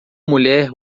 mulher